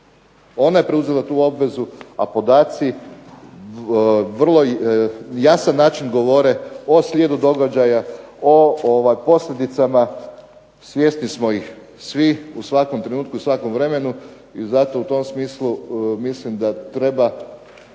ona je preuzela tu obvezu, a podaci na vrlo jasan način govore o slijedu događaja, o posljedicama, svjesni smo ih svi u svakom trenutku i svakom vremenu. I zato u tom smislu mislim da treba